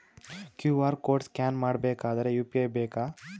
QR code scan ಮಾಡಬೇಕಾದರೆ UPI ಬೇಕಾ?